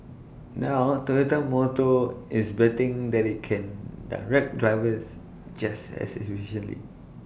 now Toyota motor is betting that IT can direct drivers just as efficiently